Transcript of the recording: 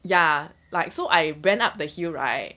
ya like so I ran up the hill right